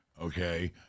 Okay